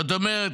זאת אומרת,